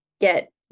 get